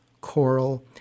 coral